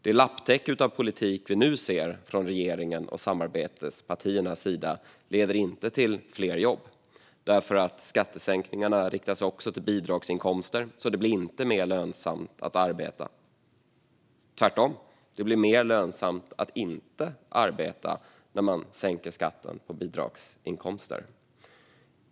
Det lapptäcke av politik vi nu ser från regeringen och samarbetspartierna leder inte till fler jobb eftersom skattesänkningarna även riktas till bidragsinkomster. Det blir alltså inte mer lönsamt att arbeta utan tvärtom mer lönsamt att inte arbeta när man sänker skatten på bidragsinkomster.